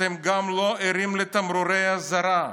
אתם גם לא ערים לתמרורי האזהרה.